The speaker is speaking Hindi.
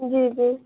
जी जी